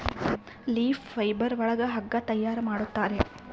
leaf fibre ಒಳಗ ಹಗ್ಗ ತಯಾರ್ ಮಾಡುತ್ತಾರೆ